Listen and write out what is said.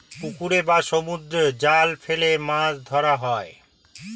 পুকুরে বা সমুদ্রে জাল ফেলে মাছ ধরা হয়